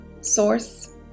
source